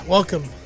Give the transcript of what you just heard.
Welcome